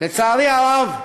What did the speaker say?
לצערי הרב,